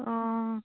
অঁ